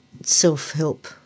self-help